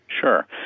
Sure